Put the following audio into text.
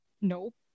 Nope